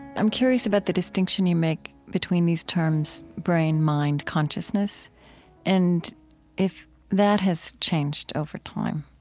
i'm curious about the distinction you make between these terms brain, mind, consciousness and if that has changed over time